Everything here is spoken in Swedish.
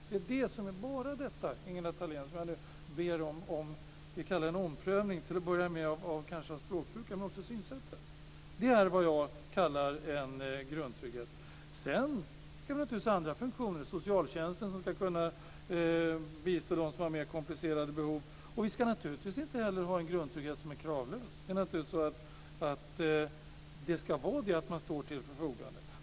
Det är bara i fråga om detta, Ingela Thalén, som jag nu ber om, ska vi kalla det en omprövning - till att börja med kanske av språkbruket men också av synsättet. Det är vad jag kallar en grundtrygghet. Sedan ska vi naturligtvis ha andra funktioner. Vi ska ha socialtjänsten som ska kunna bistå dem som har mer komplicerade behov. Vi ska naturligtvis inte heller ha en grundtrygghet som är kravlös. Det ska vara så att man står till förfogande.